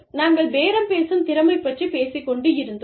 நாங்கள் பேரம் பேசும் திறமை பற்றிப் பேசிக் கொண்டிருந்தோம்